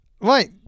Right